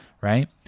right